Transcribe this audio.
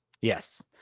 Yes